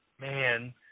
man